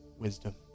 wisdom